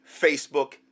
Facebook